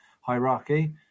hierarchy